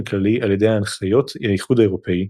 כללי על ידי הנחיות האיחוד האירופי,